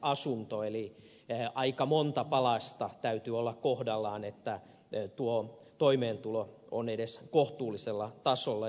eli aika monta palasta täytyy olla kohdallaan että tuo toimeentulo on edes kohtuullisella tasolla